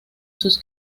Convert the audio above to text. sus